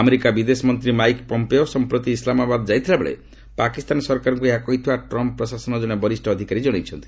ଆମେରିକାର ବିଦେଶ ମନ୍ତ୍ରୀ ମାଇକ୍ ପମ୍ପେଓ ସମ୍ପ୍ରତି ଇସ୍ଲାମାବାଦ ଯାଇଥିବାବେଳେ ପାକିସ୍ତାନ ସରକାରଙ୍କୁ ଏହା କହିଥିବା ଟ୍ରମ୍ପ ପ୍ରଶାସନର ଜଣେ ବରିଷ୍ଣ ଅଧିକାରୀ ଜଣାଇଛନ୍ତି